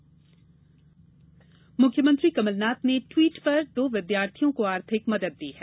आर्थिक मदद मुख्यमंत्री कमलनाथ ने एक ट्वीट पर दो विद्यार्थियों को आर्थिक मदद दी है